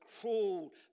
cruel